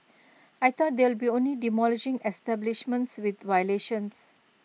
I thought they'll be only demolishing establishments with violations